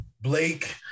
Blake